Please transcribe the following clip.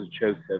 Joseph